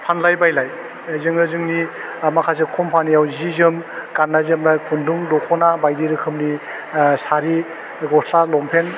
फानलाय बायलाइ जोङो जोंनि आह माखासे कम्पानियाव जि जोम गान्नाय जोमनाय खुन्दुं दख'ना बायदि रोखोमनि ओह सारि गस्ला लंपेन